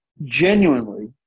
genuinely